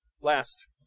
Last